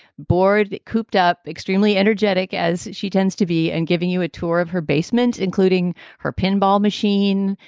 bored, cooped up, extremely energetic, as she tends to be, and giving you a tour of her basement, including her pinball machine,